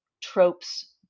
tropes